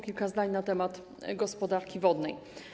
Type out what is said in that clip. Kilka zdań na temat gospodarki wodnej.